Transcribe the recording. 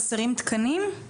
חסרים תקנים?